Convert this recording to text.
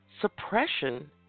Suppression